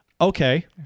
okay